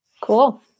Cool